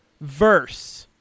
Verse –